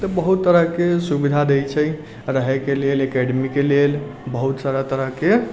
तऽ बहुत तरहके सुविधा दैत छै रहयके लेल एकेडमीके लेल बहुत सारा तरहके